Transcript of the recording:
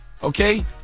Okay